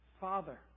Father